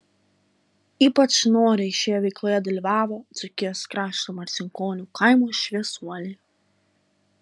ypač noriai šioje veikloje dalyvavo dzūkijos krašto marcinkonių kaimo šviesuoliai